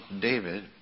David